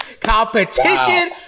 competition